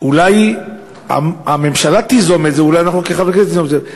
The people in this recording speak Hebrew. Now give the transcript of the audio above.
אולי הממשלה תיזום את זה ואולי אנחנו כחברי כנסת ניזום את זה,